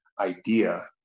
idea